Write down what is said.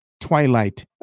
twilight